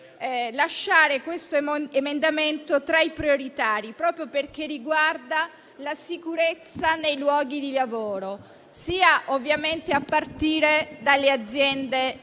lasciare questo emendamento tra i prioritari, proprio perché riguarda la sicurezza nei luoghi di lavoro, ovviamente a partire dalle aziende private.